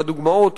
והדוגמאות